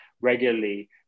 regularly